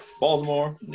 Baltimore